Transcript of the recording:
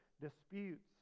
disputes